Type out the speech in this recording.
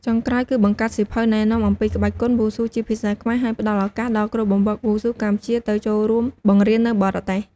ចុងក្រោយគឺបង្កើតសៀវភៅណែនាំអំពីក្បាច់គុនវ៉ូស៊ូជាភាសាខ្មែរ ហើយផ្ដល់ឱកាសដល់គ្រូបង្វឹកវ៉ូស៊ូកម្ពុជាទៅចូលរួមបង្រៀននៅបរទេស។